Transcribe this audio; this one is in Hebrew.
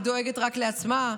היא דואגת רק לעצמה,